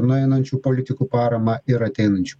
nueinančių politikų paramą ir ateinančių